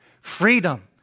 Freedom